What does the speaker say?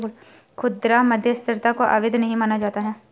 खुदरा मध्यस्थता को अवैध नहीं माना जाता है